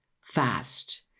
fast